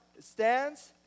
stands